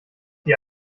die